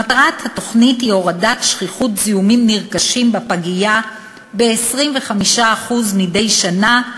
מטרת התוכנית היא הורדת שכיחות הזיהומים הנרכשים בפגייה ב-25% מדי שנה,